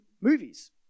movies